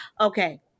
Okay